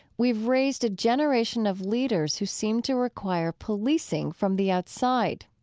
we've raised a generation of leaders who seem to require policing from the outside.